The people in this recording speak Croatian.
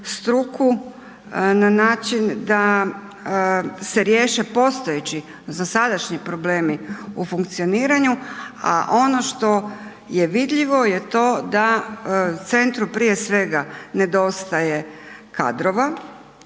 struku na način da se riješe postojeći zasadašnji problemi u funkcioniranju, a ono što je vidljivo je to da centru prije svega nedostaje kadrova,